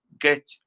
get